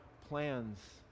plans